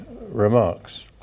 remarks